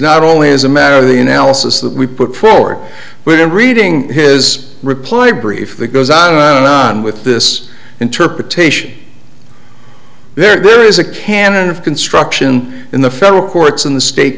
not only as a matter of the analysis that we put forward but in reading his reply brief that goes on with this interpretation there is a canon of construction in the federal courts in the state